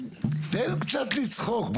תן קצת לצחוק.